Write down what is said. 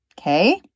okay